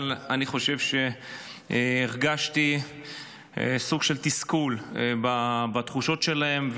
אבל אני חושב שהרגשתי סוג של תסכול בתחושות שלהם.